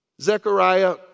Zechariah